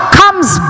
comes